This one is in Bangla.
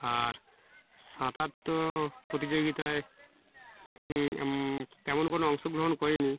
আর সাঁতার প্রতিযোগিতায় তেমন করে অংশগ্রহণ করিনি